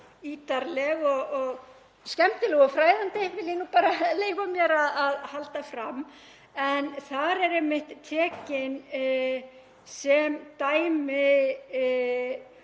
ítarleg og skemmtileg og fræðandi vil ég leyfa mér að halda fram, en þar eru einmitt tekin sem dæmi